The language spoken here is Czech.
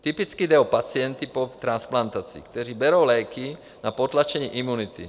Typicky jde o pacienty po transplantaci, kteří berou léky na potlačení imunity.